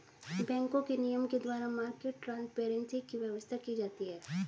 बैंकों के नियम के द्वारा मार्केट ट्रांसपेरेंसी की व्यवस्था की जाती है